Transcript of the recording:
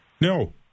No